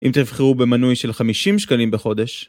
אם תבחרו במנוי של 50 שקלים בחודש,